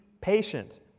patient